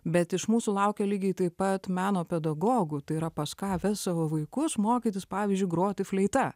bet iš mūsų laukia lygiai taip pat meno pedagogų tai yra pas ką ves savo vaikus mokytis pavyzdžiui groti fleita